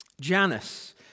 Janus